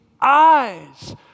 eyes